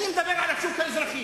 אני מדבר על השוק האזרחי,